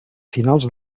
finals